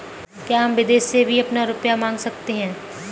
क्या हम विदेश से भी अपना रुपया मंगा सकते हैं?